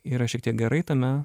yra šiek tiek gerai tame